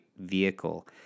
vehicle